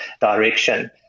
direction